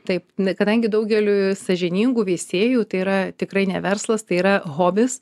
taip kadangi daugeliui sąžiningų veisėjų tai yra tikrai ne verslas tai yra hobis